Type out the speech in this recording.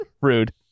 Rude